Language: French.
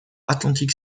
atlantic